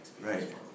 Right